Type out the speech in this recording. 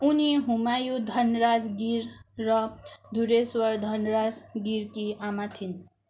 उनी हुमायु धनराजगीर र धुरेश्वर धनराजगीरकी आमा थिइन्